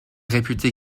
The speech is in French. réputée